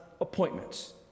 appointments